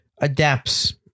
adapts